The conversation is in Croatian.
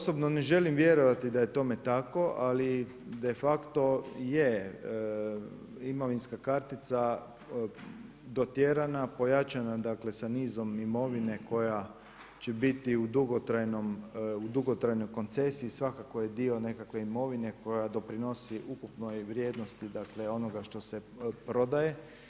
Osobno ne želim vjerovati da je tome tako, ali de facto je imovinska kartica dotjerana, pojačana sa nizom imovine koja će biti u dugotrajnoj koncesiji svakako je dio nekakve imovine koja doprinosi ukupnoj vrijednosti onoga što se prodaje.